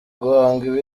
guhanga